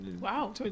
Wow